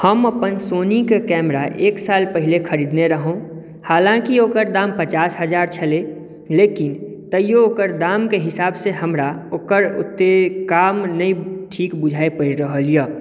हम अपन सोनिके कैमरा एक साल पहिले खरीदने रहौ हालाँकि ओकर दाम पचास हजार छलै लेकिन तैयो ओकर दामके हिसाबसँ हमरा ओकर ओते काम नहि ठीक बुझाए पड़ि रहल यऽ